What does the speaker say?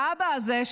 האבא הזה,